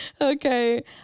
Okay